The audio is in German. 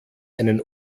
einen